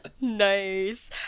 Nice